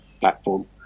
platform